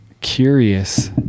curious